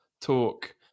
talk